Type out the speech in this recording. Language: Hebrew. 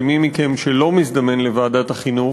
למי מכם שלא מזדמן לוועדת החינוך,